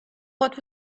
what